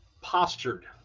postured